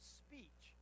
speech